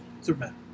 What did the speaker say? Superman